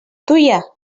tuia